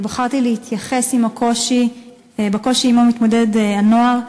ובחרתי להתייחס לקושי שעמו מתמודד הנוער.